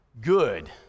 good